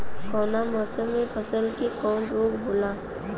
कवना मौसम मे फसल के कवन रोग होला?